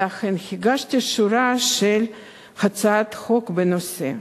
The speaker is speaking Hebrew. ולכן הגשתי שורה של הצעות חוק בנושא.